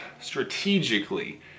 strategically